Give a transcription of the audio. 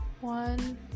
one